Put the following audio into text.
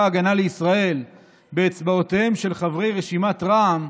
ההגנה לישראל באצבעותיהם של חברי רשימת רע"מ,